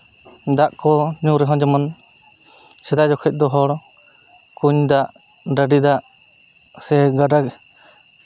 ᱫᱟᱜ ᱠᱚ ᱧᱩ ᱨᱮᱦᱚᱸ ᱡᱮᱢᱚᱱ ᱥᱮᱫᱟᱭ ᱡᱚᱠᱷᱚᱡ ᱫᱚ ᱦᱚᱲ ᱠᱩᱧ ᱫᱟᱜ ᱰᱟᱺᱰᱤ ᱫᱟᱜ ᱥᱮ ᱜᱟᱰᱟ